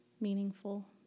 meaningful